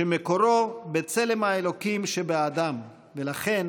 שמקורו בצלם האלוהים שבאדם, ולכן